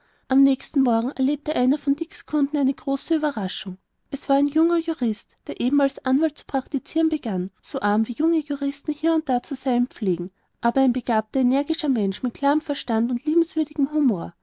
am nächsten morgen erlebte einer von dicks kunden eine große ueberraschung es war ein junger jurist der eben als anwalt zu praktizieren begann so arm wie junge juristen hier und da zu sein pflegen aber ein begabter energischer mensch mit klarem verstand und liebenswürdigem humor